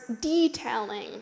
detailing